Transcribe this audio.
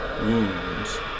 wounds